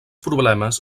problemes